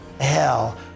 Hell